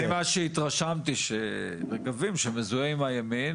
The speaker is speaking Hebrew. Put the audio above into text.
אני ממה שהתרשמתי ש"רגבים" מזוהה עם הימין,